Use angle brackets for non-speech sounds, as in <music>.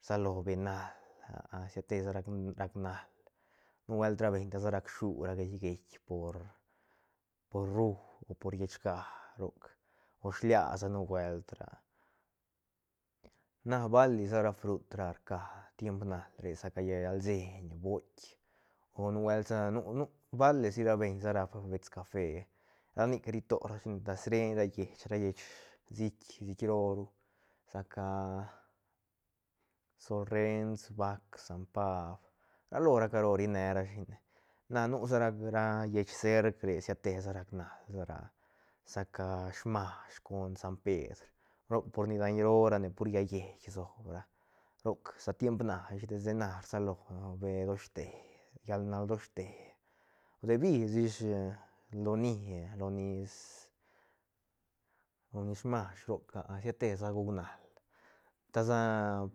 Rsalo benal <hesitation> siatesa rac- rac nal nubuelt ra beñ ta sa rac shura geic geic por rru o por llechga roc o shiliasa nubuelt ra na bali sa ra frut ra rca tiemp nal re saca llallalseiñ boitk o nubuel sa nu- nu bali si ra beñ rap bets cafe ra nic ri torashine ta sreng ra lleich ra lleich siït siït roo ru sa ca <hesitation> sol rrens bac san paab ra lo ra caro rine rashine na nu sa ra lleich serc re siatesa rac nal ra sa ca smash con san pedr roc por ni daiñ roo rane pur llaä lleit sob ra roc sa tiemp na ish desde na rsalo bee doshte llal nal doshte debis ish loni lonis loni smash roc <hesitation> siatesa guc nal tasa